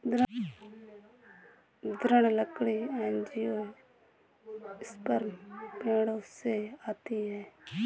दृढ़ लकड़ी एंजियोस्पर्म पेड़ों से आती है